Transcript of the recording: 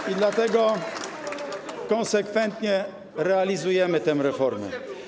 I dlatego konsekwentnie realizujemy tę reformę.